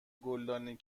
گلدانی